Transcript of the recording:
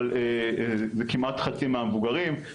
אבל זה כמעט חצי מהמבוגרים,